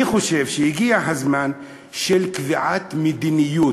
אני חושב שהגיע הזמן לקביעת מדיניות.